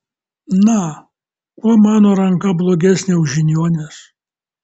na kuo mano ranka blogesnė už žiniuonės